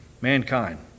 mankind